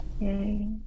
Yay